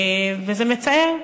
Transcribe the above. וזה מצער.